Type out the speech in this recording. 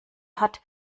hat